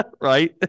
Right